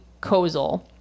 Kozel